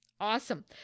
Awesome